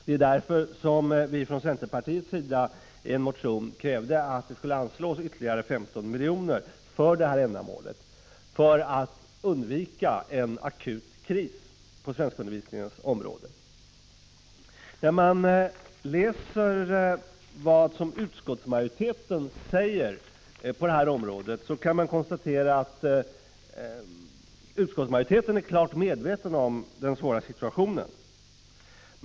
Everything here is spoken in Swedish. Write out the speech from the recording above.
Det är därför som vi från centerpartiets sida i en motion krävt att man skall anslå ytterligare 15 milj.kr. för detta ändamål för att undvika en akut kris på svenskundervisningens område. När man läser utskottsmajoritetens skrivning i detta avseende kan man konstatera att majoriteten är klart medveten om den svåra situationen.